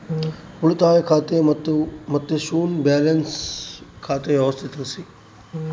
ಉಳಿತಾಯ ಖಾತೆ ಮತ್ತೆ ಶೂನ್ಯ ಬ್ಯಾಲೆನ್ಸ್ ಖಾತೆ ವ್ಯತ್ಯಾಸ ತಿಳಿಸಿ?